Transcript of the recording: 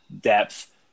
depth